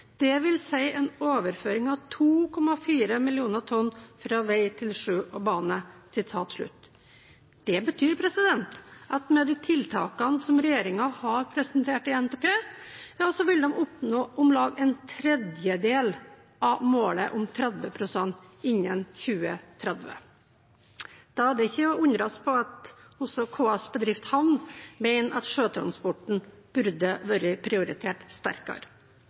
dvs. en overføring på 2,4 mill. tonn fra veg til sjø og bane.» Det betyr at med de tiltakene som regjeringen har presentert i NTP, vil de oppnå om lag en tredjedel av målet om 30 pst. innen 2030. Da er det ikke til å undres over at også KS Bedrift Havn mener sjøtransporten burde vært sterkere prioritert.